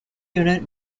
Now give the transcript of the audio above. unit